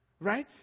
Right